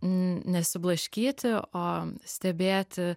nesiblaškyti o stebėti